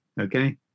okay